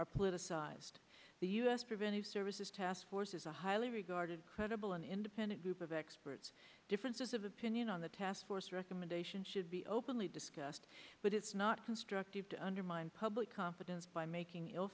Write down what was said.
are politicized the u s preventive services task force is a highly regarded credible an independent group of a spritz differences of opinion on the task force recommendations should be openly discussed but it's not constructive to undermine public confidence by making ill